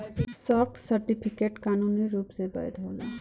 stock certificate कानूनी रूप से वैध होला